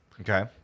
Okay